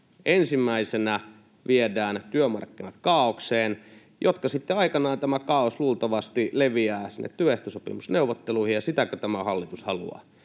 Ensimmäisenä viedään työmarkkinat kaaokseen, joka kaaos sitten aikanaan luultavasti leviää sinne työehtosopimusneuvotteluihin. Ja sitäkö tämä hallitus haluaa